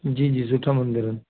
जी जी सुठा मंदर आहिनि